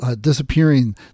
Disappearing